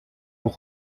pour